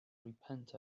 repent